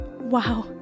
Wow